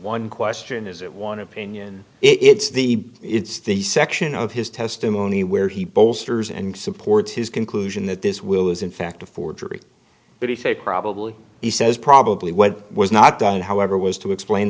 one question is it one opinion it's the it's the section of his testimony where he bolsters and supports his conclusion that this will is in fact a forgery but he say probably he says probably what was not done however was to explain